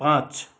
पाँच